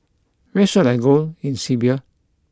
where should I go in Serbia